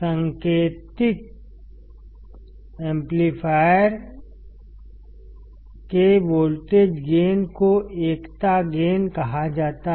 संकेतित amplifier के voltage gain को एकता गेन कहा जाता है